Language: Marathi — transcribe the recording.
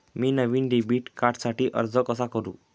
मी नवीन डेबिट कार्डसाठी अर्ज कसा करु?